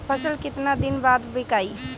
फसल केतना दिन बाद विकाई?